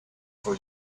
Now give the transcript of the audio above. for